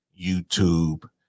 YouTube